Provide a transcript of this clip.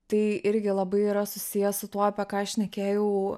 tai irgi labai yra susiję su tuo apie ką šnekėjau